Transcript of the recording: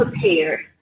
prepared